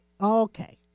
okay